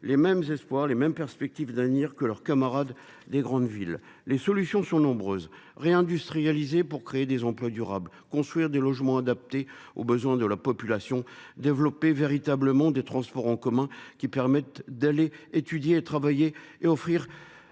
les mêmes espoirs et les mêmes perspectives que ceux dont jouissent leurs camarades des grandes villes. Les solutions sont nombreuses : réindustrialiser pour créer des emplois durables, construire des logements adaptés aux besoins de la population, développer une véritable offre de transport en commun permettant d’aller étudier et travailler, et garantir